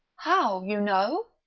how, you know?